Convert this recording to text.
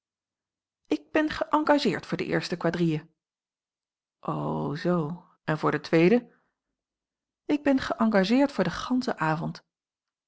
ik ben geëngageerd voor de eerste quadrille o zoo en voor de tweede ik ben geëngageerd voor den ganschen avond